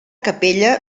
capella